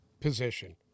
position